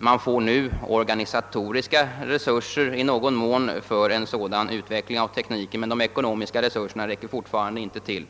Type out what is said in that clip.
Man får nu i någon mån organisatoriska resurser för en sådan utveckling av tekniken, men de ekonomiska resurserna räcker fortfarande inte till.